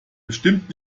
bestimmt